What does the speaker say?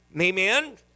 Amen